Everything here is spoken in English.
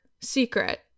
secret